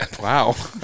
Wow